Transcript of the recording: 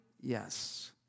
Yes